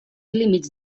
límits